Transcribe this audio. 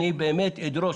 אני באמת אדרוש,